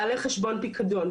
בעלי חשבון פיקדון,